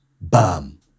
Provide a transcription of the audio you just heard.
BAM